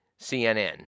CNN